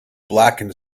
blackened